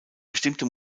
bestimmte